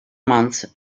months